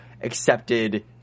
accepted